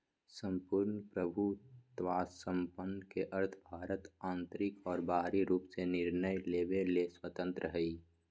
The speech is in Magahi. सम्पूर्ण प्रभुत्वसम्पन् के अर्थ भारत आन्तरिक और बाहरी रूप से निर्णय लेवे ले स्वतन्त्रत हइ